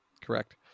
correct